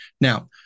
Now